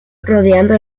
rodeando